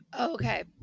Okay